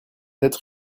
être